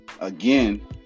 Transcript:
again